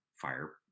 fire